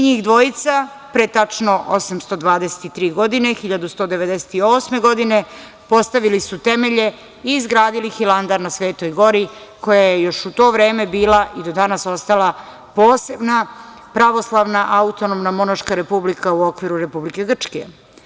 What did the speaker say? Njih dvojica pre tačno 823 godine, 1198. godine, postavili su temelje i izgradili Hilandar na Svetoj gori koja je još u to vreme bila i do danas ostala posebna pravoslavna autonomna monaška republika u okviru Republike Grčke.